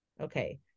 okay